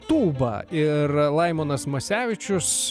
tūba ir laimonas masevičius